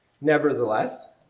Nevertheless